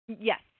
Yes